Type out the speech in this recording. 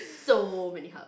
so many hub